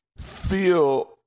feel